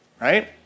right